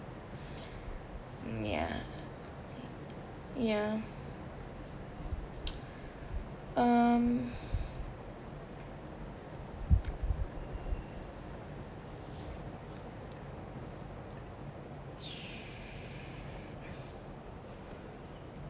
mm ya ya um